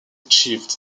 achieved